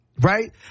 Right